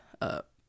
up